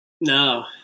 No